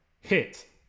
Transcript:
hit